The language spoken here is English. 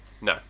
No